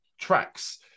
tracks